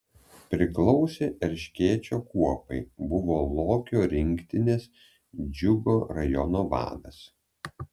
priklausė erškėčio kuopai buvo lokio rinktinės džiugo rajono vadas